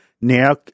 now